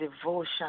devotion